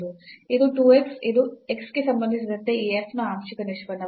ಇದು 2 x ಇದು x ಗೆ ಸಂಬಂಧಿಸಿದಂತೆ ಈ f ನ ಆಂಶಿಕ ನಿಷ್ಪನ್ನವಾಗಿದೆ